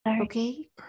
Okay